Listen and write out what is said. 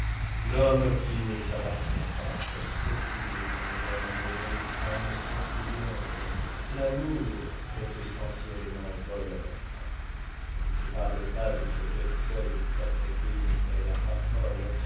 l'homme qui ne s'appartient pas est précisément l'homme dont les femmes sont friandes l'amour est essentiellement voleur je ne te parle pas de cet excès de propreté dont elles raffolent